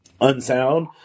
unsound